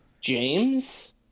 James